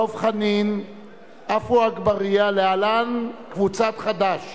דב חנין ועפו אגבאריה, להלן: קבוצת סיעת חד"ש.